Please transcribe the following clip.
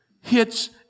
hits